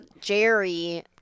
Jerry